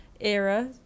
era